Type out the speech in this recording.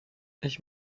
ich